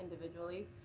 individually